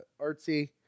artsy